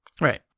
Right